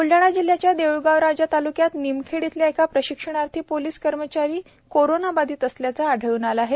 ब्लडाणा जिल्ह्याच्या देऊळगाव राजा तालुक्यात निमखेड इथला एक प्रशिक्षणार्थी पोलिस कर्मचारी कोरोनाबाधित असल्याचं आढळून आलं आहे